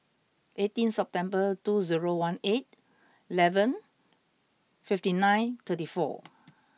eighteen September two zero one eight eleven fifty nine thirty four